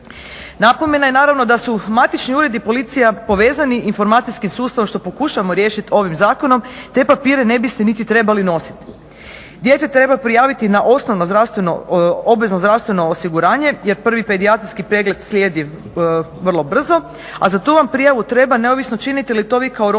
Napomena je naravno da su matični uredi i policija povezani informacijskim sustavom što pokušavamo riješiti ovim zakonom te papire ne biste niti trebali nositi. Dijete treba prijaviti na osnovno zdravstveno obvezno zdravstveno osiguranje jer prvi pedijatrijski pregled slijedi vrlo brzo a za tu vam prijavu treba neovisno činite li to vi kao roditelj